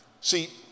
See